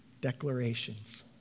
declarations